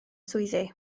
swyddi